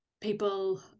people